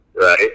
right